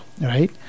Right